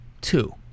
Two